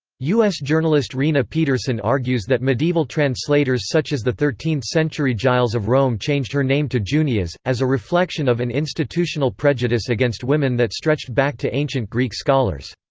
u s. journalist rena pederson argues that medieval translators such as the thirteenth century giles of rome changed her name to junias, as a reflection of an institutional prejudice against women that stretched back to ancient greek scholars.